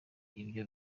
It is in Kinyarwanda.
ibyo